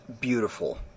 beautiful